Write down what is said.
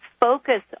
focus